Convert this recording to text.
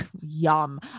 Yum